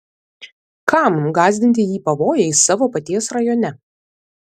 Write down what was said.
kam gąsdinti jį pavojais savo paties rajone